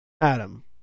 Adam